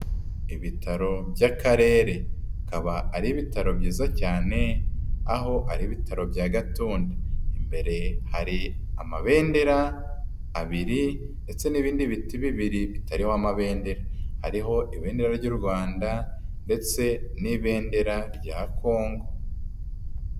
Ibitaro by'Akarere bikaba ari ibitaro byiza cyane aho ari ibitaro bya Gatunda. Imbere hari amabendera abiri ndetse n'ibindi biti bibiri bitariho amabendera. Hariho ibendera ry'u Rwanda ndetse n'ibendera rya Kongo.